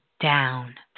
down